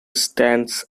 stands